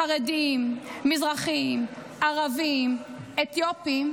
חרדים, מזרחים, ערבים, אתיופים,